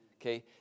Okay